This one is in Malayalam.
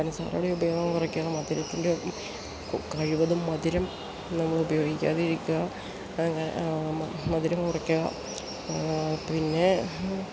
പഞ്ചസാരയുടെ ഉപയോഗം കുറക്കണം മധുരത്തിൻ്റെ കഴിവതും മധുരം നമ്മൾ ഉപയോഗിക്കാതെ ഇരിക്കുക അങ്ങനെ മധുരം കുറയ്ക്കുക പിന്നെ